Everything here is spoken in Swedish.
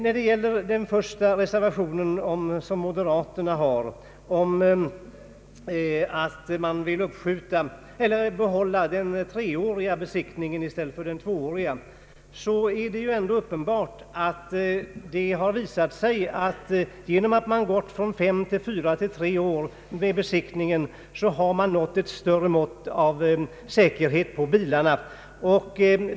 När det gäller reservation I som avgivits av representanter från moderata samlingspartiet och som innebär att man vill bibehålla den nuvarande treåriga kontrollbesiktningen i stället för att genomföra en tvåårig besiktning, är det uppenbart att vi genom att ha minskat besiktningstiden från fem till fyra och till tre år nått ett större mått av säkerhet när det gäller bilarna.